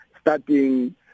starting